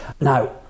Now